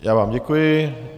Já vám děkuji.